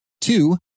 Two